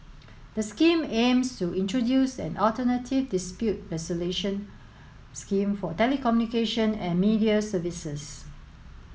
the scheme aims to introduce an alternative dispute resolution scheme for telecommunication and media services